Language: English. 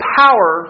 power